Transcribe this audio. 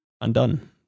undone